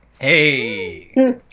hey